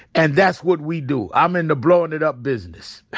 and that's what we do. i'm in the blowing it up business. i